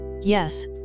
Yes